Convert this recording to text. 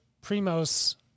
Primo's